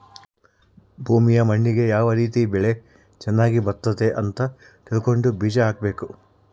ಭೂಮಿಯ ಮಣ್ಣಿಗೆ ಯಾವ ರೀತಿ ಬೆಳೆ ಚನಗ್ ಬರುತ್ತೆ ಅಂತ ತಿಳ್ಕೊಂಡು ಬೀಜ ಹಾಕಬೇಕು